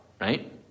right